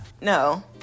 No